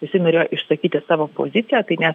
jisai norėjo išsakyti savo poziciją tai ne